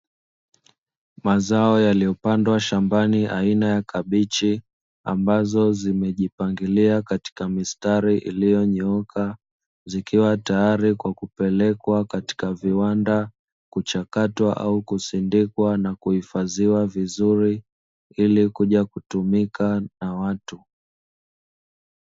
Mazao yaliyopandwa shambani aina ya kabichi, ambazo zimejipangilia katika mistari iliyonyooka, zikiwa tayari kwa kupelekwa katika viwanda kuchakatwa au kusindikwa na kuhifadhiwa vizuri ili kuja kutumika na watu.